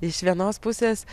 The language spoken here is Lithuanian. iš vienos pusės